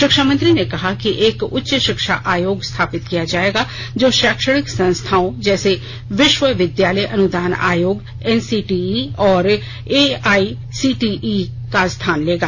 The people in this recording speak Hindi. शिक्षा मंत्री ने कहा कि एक उच्च शिक्षा आयोग स्थापित किया जाएगा जो शैक्षणिक संस्थाओं जैसे विश्व विद्यालय अनुदान आयोग एन सी टी ई और A I C T E का स्थान लेगा